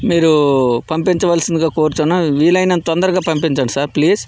మీరు పంపించవలసిందిగా కోరుతున్నాను వీలైనంత తొందరగా పంపించండి సార్ ప్లీజ్